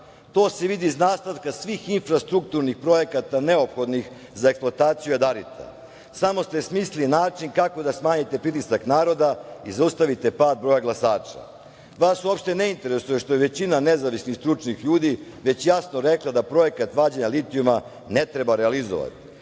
To se vidi iz nastavka svih infrastrukturnih projekata neophodnih za eksploataciju jadarita. Samo ste smislili način kako da smanjite pritisak naroda i zaustavite pad broja glasača. Vas uopšte ne interesuje što je većina nezavisnih stručnih ljudi već jasno rekla da projekat vađenja litijuma ne treba realizovati.